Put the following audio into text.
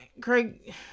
Craig